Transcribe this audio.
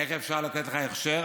איך אפשר לתת לך הכשר?